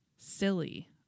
silly